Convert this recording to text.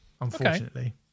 Unfortunately